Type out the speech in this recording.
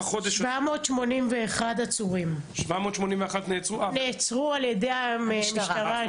781 עצורים נעצרו על ידי המשטרה.